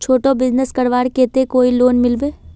छोटो बिजनेस करवार केते कोई लोन मिलबे?